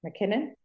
McKinnon